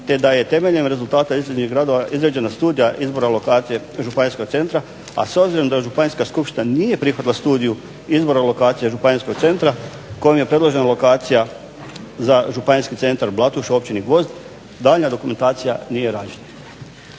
te da je temeljem rezultata … /Govornik se ne razumije./… izrađena studija izbora lokacije županijskog centra, a s obzirom da županijska skupština nije prihvatila studiju izbora lokacije županijskog centra kojom je predložena lokacija za Županijski centar Blatuš u Općini Gvozd daljnja dokumentacija nije rađena.